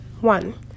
one